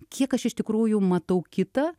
kiek aš iš tikrųjų matau kitą